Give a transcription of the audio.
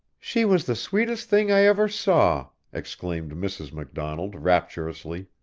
she was the sweetest thing i ever saw, exclaimed mrs. macdonald rapturously.